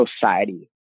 society